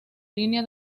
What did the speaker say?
línea